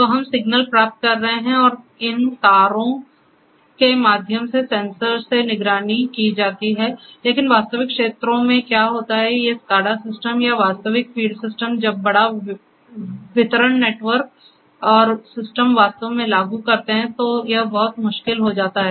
तो हम सिग्नल प्राप्त कर रहे हैं या इन तारों के माध्यम से सेंसर से निगरानी की जाती है लेकिन वास्तविक क्षेत्रों में क्या होता है ये SCADA सिस्टम या वास्तविक फ़ील्ड सिस्टम जब बड़ा वितरण नेटवर्क और सिस्टम वास्तव में लागू करते हैं तो यह बहुत मुश्किल हो जाता है